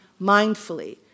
mindfully